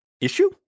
issue